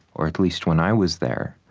or at least when i was there,